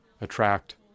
attract